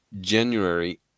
January